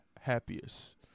happiest